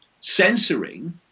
censoring